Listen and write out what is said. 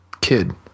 kid